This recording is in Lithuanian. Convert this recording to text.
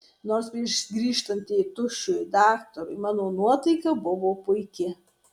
nors prieš grįžtant tėtušiui daktarui mano nuotaika buvo puiki